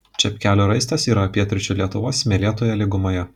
čepkelių raistas yra pietryčių lietuvos smėlėtoje lygumoje